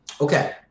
Okay